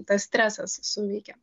tas stresas suveikia